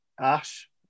Ash